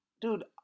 dude